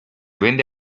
vende